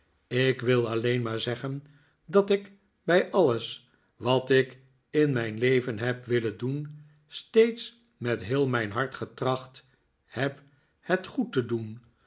ik wil alleen maar zeggen dat ik bij alles wat ik in mijn leven heb willen doen steeds met heel mijn hart getracht heb het goed te doen